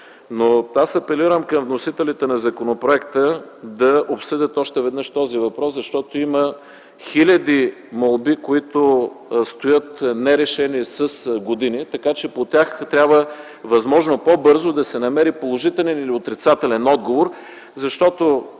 Апелирам към вносителите на законопроекта да обсъдят още веднъж този въпрос, защото има хиляди молби, които стоят нерешени с години, така че по тях трябва възможно по-бързо да се намери положителен или отрицателен отговор, защото